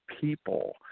people